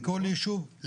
בכל יישוב,